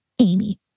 Amy